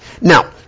Now